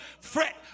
fret